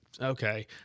okay